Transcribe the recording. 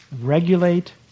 regulate